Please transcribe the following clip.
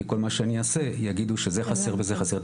כי כל מה שאני יעשה יגידו שזה חסר וזה חסר,